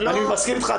אני מסכים איתך,